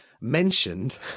mentioned